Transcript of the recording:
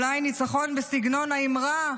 אולי ניצחון בסגנון האמרה,